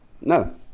no